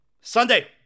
Sunday